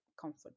comfort